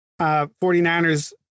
49ers